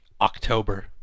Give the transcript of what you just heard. October